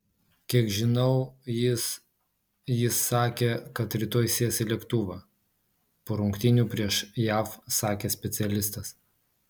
kiek žinau jis jis sakė kad rytoj sės į lėktuvą po rungtynių prieš jav sakė specialistas